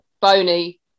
bony